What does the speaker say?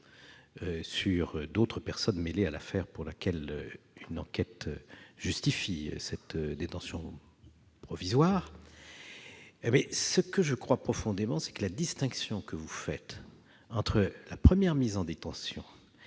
sur d'autres personnes mêlées à l'affaire, auquel cas la bonne tenue de l'enquête justifie cette détention provisoire. Je crois profondément que la distinction que vous faites entre la première mise en détention